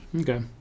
okay